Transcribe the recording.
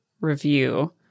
review